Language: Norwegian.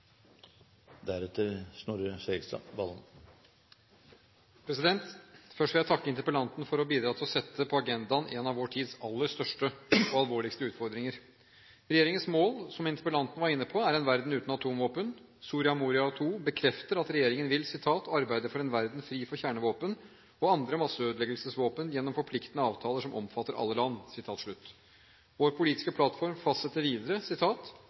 Først vil jeg takke interpellanten for å bidra til å sette på agendaen en av vår tids aller største og alvorligste utfordringer. Regjeringens mål, som interpellanten var inne på, er en verden uten atomvåpen. Soria Moria II bekrefter at regjeringen vil «arbeide for en verden fri for kjernevåpen og andre masseødeleggelsesvåpen gjennom forpliktende avtaler som omfatter alle land». Vår politiske plattform fastsetter videre: